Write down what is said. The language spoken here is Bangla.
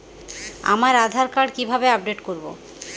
আমার আধার কার্ড কিভাবে আপডেট করব?